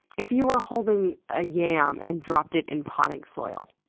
if you were holding a yam and dropped it in potting soil.